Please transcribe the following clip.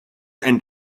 and